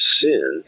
sin